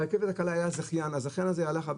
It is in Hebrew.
ברכבת הקלה היה זכיין, הזכיין הזה הלך,